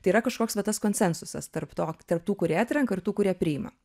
tai yra kažkoks va tas konsensusas tarp to tarp tų kurie atrenka ir tų kurie priima